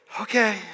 Okay